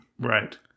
Right